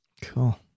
Cool